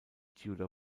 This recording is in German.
tudor